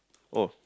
oh